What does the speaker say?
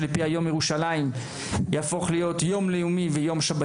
לפיה יום ירושלים יהפוך להיות יום שבתון,